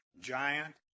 giant